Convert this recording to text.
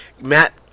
Matt